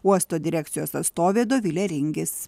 uosto direkcijos atstovė dovilė ringis